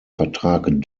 vertrag